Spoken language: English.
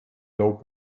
low